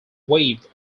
wave